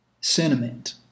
sentiment